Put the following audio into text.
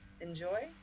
enjoy